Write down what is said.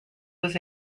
was